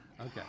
Okay